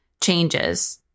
changes